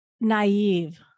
naive